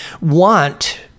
want